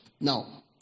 now